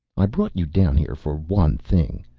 i brought you down here for one thing.